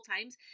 times